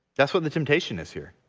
that's what the temptation is here.